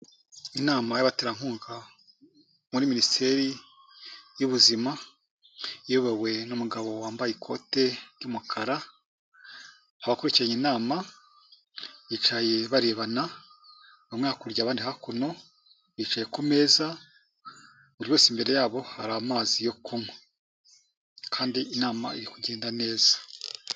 Inama y'abaterankunga, muri Minisiteri, y'Ubuzima, iyobowe n'umugabo wambaye ikote ry'umukara, abakurikiranye inama, bicaye barebana, bamwe hakurya abandi hakuno, bicaye ku meza, buri wese imbere yabo, hari amazi yo kunywa. Kandi inama iri kugenda neza.